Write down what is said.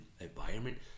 environment